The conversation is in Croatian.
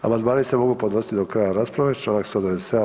Amandmani se mogu podnositi do kraja rasprave Članak 197.